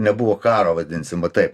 nebuvo karo vadinsim va taip